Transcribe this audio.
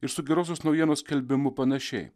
ir su gerosios naujienos skelbimu panašiai